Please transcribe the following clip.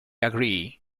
agree